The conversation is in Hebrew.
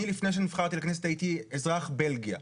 אני לפני שנבחרתי לכנסת הייתי אזרח בלגיה.